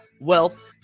wealth